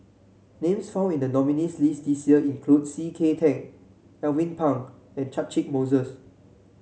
names found in the nominees' list this year include C K Tang Alvin Pang and Catchick Moses